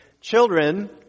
Children